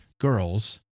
girls